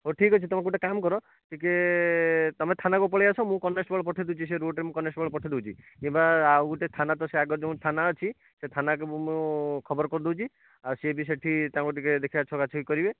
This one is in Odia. ହେଉ ଠିକ୍ ଅଛି ତମେ ଗୁଟେ କାମ କର ଟିକିଏ ତୁମେ ଥାନାକୁ ପଳାଇ ଆସ ମୁଁ କନଷ୍ଟେବଳ ପଠାଇ ଦେଉଛି ସେ ରୋଡ଼୍ରେ ମୁଁ କନଷ୍ଟେବଳ ପଠାଇ ଦେଉଛି କିମ୍ବା ଆଉ ଗୋଟେ ଥାନା ତ ସେ ଆଗରେ ଯେଉଁ ଥାନା ଅଛି ସେ ଥାନାକୁ ବି ମୁଁ ଖବର କରିଦେଉଛି ଆଉ ସେ ବି ସେଠି ତାଙ୍କୁ ଟିକିଏ ଦେଖିବା ଛକା ଛକି କରିବେ